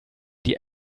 die